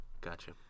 Gotcha